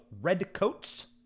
Redcoats